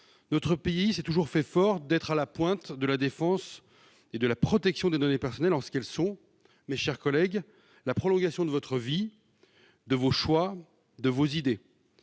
notre pays s'est toujours fait fort d'être à la pointe de la défense et de la protection des données personnelles lorsqu'elles sont, mes chers collègues, la prolongation de votre vie, de vos choix et de vos idées.